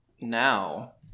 now